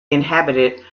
inhabited